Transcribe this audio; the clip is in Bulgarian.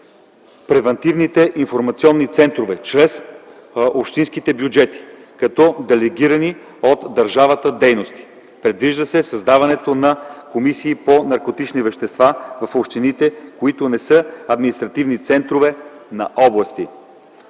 превантивните информационни центрове – чрез общинските бюджети, като делегирани от държавата дейности. Предвижда се създаването на комисии по наркотични вещества в общините, които не са административни центрове на области.